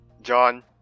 John